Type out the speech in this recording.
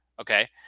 Okay